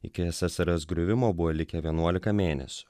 iki ssrs griuvimo buvo likę vienuolika mėnesių